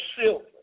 silver